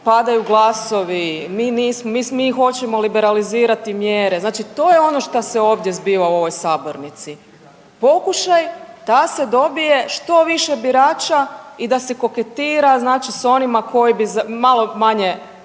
padaju glasovi, mi nismo, mi hoćemo liberalizirati mjere, znači to je ono što se ovdje zbiva u sabornici. Pokušaj da se dobije što više birača i da se koketira znači s onima koji bi malo manje